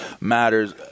matters